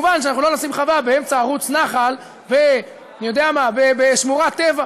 מובן שאנחנו לא נשים חווה באמצע ערוץ נחל ושמורת טבע.